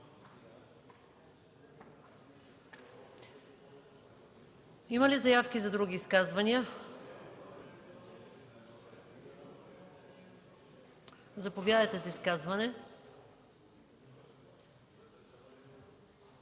Има ли заявки за други изказвания? Заповядайте за изказване,